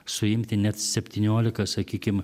suimti net septyniolika sakykim